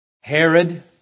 Herod